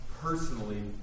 personally